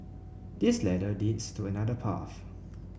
this ladder leads to another path